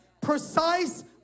precise